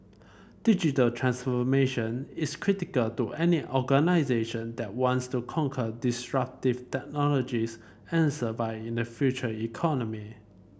digital transformation is critical to any organisation that wants to conquer disruptive technologies and survive in the Future Economy